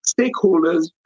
stakeholders